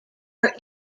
were